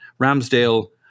Ramsdale